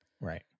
right